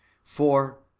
for,